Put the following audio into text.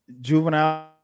juvenile